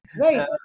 Right